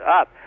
up